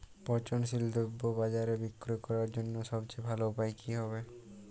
পচনশীল দ্রব্য বাজারে বিক্রয় করার জন্য সবচেয়ে ভালো উপায় কি হবে?